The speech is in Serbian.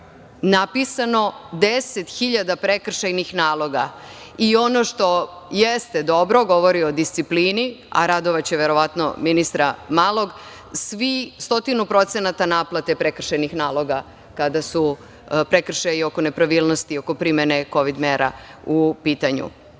napisano deset hiljada prekršajnih naloga. Ono što jeste dobro, govori o disciplini, a radovaće verovatno ministra Malog, stotinu procenata naplate prekršajnih naloga kada su prekršaji oko nepravilnosti oko primene kovid mera u pitanju. Kada